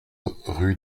rue